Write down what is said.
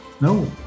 no